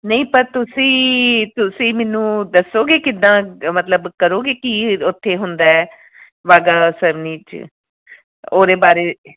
ਨਹੀਂ ਪਰ ਤੁਸੀਂ ਤੁਸੀਂ ਮੈਨੂੰ ਦੱਸੋਗੇ ਕਿੱਦਾਂ ਮਤਲਬ ਕਰੋਗੇ ਕੀ ਉੱਥੇ ਹੁੰਦਾ ਬਾਗਾ ਸੇਰਮਨੀ 'ਚ ਉਹਦੇ ਬਾਰੇ